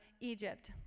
Egypt